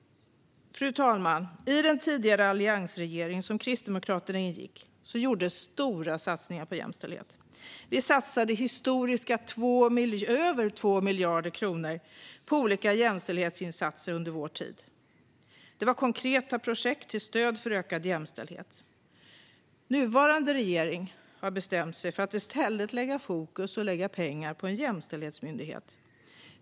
Fru talman! I den tidigare alliansregeringen där Kristdemokraterna ingick gjordes stora satsningar på jämställdhet. Vi satsade - historiska - över 2 miljarder kronor på olika jämställdhetsinsatser under vår tid. Det var konkreta projekt till stöd för ökad jämställdhet. Nuvarande regering har bestämt sig för att i stället lägga fokus och pengar på en jämställdhetsmyndighet.